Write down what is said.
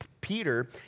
Peter